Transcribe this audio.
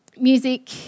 Music